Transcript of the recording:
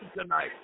tonight